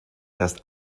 erst